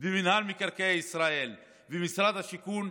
במינהל מקרקעי ישראל ומשרד השיכון,